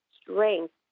strength